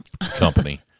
company